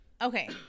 Okay